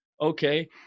okay